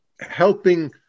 helping